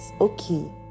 okay